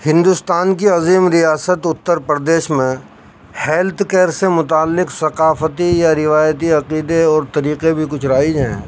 ہندوستان کی عظیم ریاست اتر پردیش میں ہیلتھ کیئر سے متعلق ثقافتی یا روایتی عقیدے اور طریقے بھی کچھ رائج ہیں